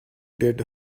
dead